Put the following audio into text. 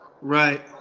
Right